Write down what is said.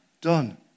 done